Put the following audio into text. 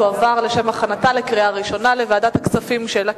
תועבר לשם הכנתה לקריאה ראשונה לוועדת הכספים של הכנסת.